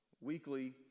weekly